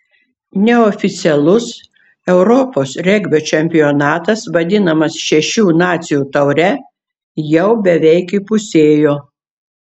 neoficialus europos regbio čempionatas vadinamas šešių nacijų taure jau beveik įpusėjo